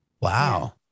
wow